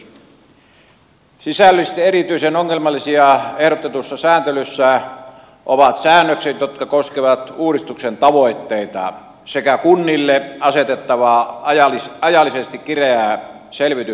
sisällöllisesti erityisen ongelmallisia ehdotetussa sääntelyssä ovat säännökset jotka koskevat uudistuksen tavoitteita sekä kunnille asetettavaa ajallisesti kireää selvitysvelvollisuutta